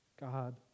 God